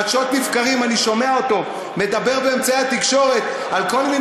חדשות לבקרים אני שומע אותו מדבר באמצעי התקשורת על כל מיני